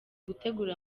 gutegura